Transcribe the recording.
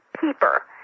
keeper